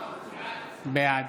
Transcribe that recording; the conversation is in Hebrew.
בעד